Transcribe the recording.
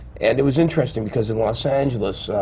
and it was interesting, because in los angeles,